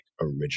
original